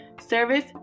Service